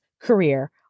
career